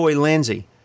Lindsay